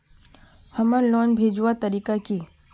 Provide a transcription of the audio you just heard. हमार लोन भेजुआ तारीख की?